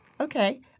okay